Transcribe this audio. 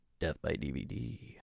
deathbydvd